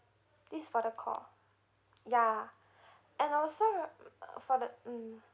this for the call ya and also right uh for the um